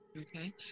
Okay